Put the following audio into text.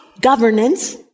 governance